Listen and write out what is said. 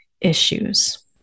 issues